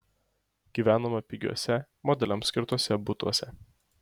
gyvenome pigiuose modeliams skirtuose butuose